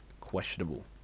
questionable